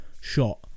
shot